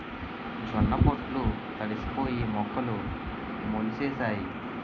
జొన్న పొట్లు తడిసిపోయి మొక్కలు మొలిసేసాయి